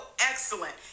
excellent